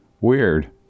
Weird